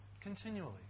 continually